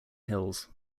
hills